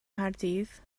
nghaerdydd